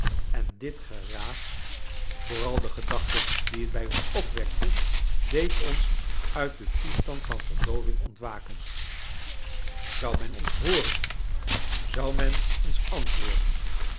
en dit geraas vooral de gedachte die het bij ons opwekte deed ons uit den toestand van verdooving ontwaken zou men ons hooren zou men ons antwoorden